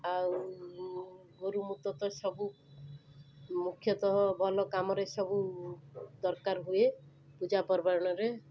ଆଉ ଗୋରୁ ମୁତ ତ ସବୁ ମୁଖ୍ୟତଃ ଭଲ କାମରେ ସବୁ ଦରକାର ହୁଏ ପୂଜା ପର୍ବାଣୀରେ